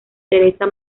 teresa